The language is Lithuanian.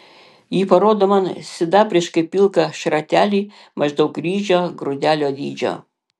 ji parodo man sidabriškai pilką šratelį maždaug ryžio grūdelio dydžio